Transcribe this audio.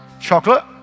chocolate